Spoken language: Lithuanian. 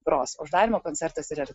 gros uždarymo koncertas ir